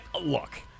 Look